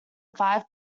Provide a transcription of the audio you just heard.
five